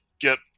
get